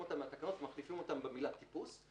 מהתקנות ומחליפים אותם במילה "טיפוס".